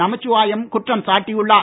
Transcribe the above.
நமச்சிவாயம் குற்றம் சாட்டியுள்ளார்